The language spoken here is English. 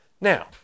Now